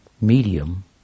medium